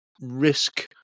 risk